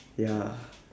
ya